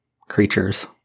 creatures